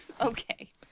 Okay